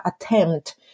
attempt